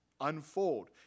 unfold